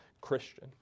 Christian